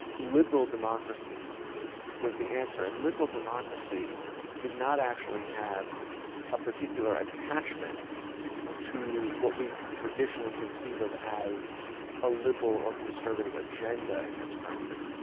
liberal democracy was the answer, and liberal democracy did not actually have a particular attachment to what we traditionally conceive of as a liberal or conservative agenda in this country.